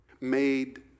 made